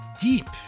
deep